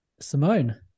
Simone